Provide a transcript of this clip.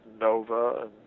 Nova